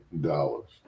dollars